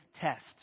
test